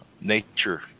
nature